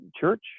church